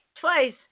twice